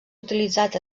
utilitzat